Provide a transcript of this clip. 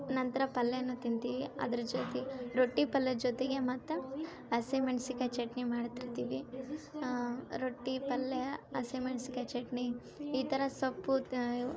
ನಂತರ ಪಲ್ಯನು ತಿಂತೀವಿ ಅದರ ಜೊತೆ ರೊಟ್ಟಿ ಪಲ್ಯದ ಜೊತೆಗೆ ಮತ್ತೆ ಹಸಿಮೆಣ್ಸಿನ ಕಾಯಿ ಚಟ್ನಿ ಮಾಡ್ತಿರ್ತೀವಿ ರೊಟ್ಟಿ ಪಲ್ಯ ಹಸಿಮೆಣ್ಸಿನ ಕಾಯಿ ಚಟ್ನಿ ಈ ಥರ ಸೊಪ್ಪು ತ